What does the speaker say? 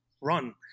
run